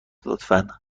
لطفا